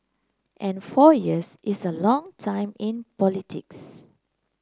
and four years is a long time in politics